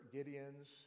Gideons